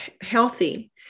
healthy